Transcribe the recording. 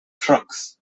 trucks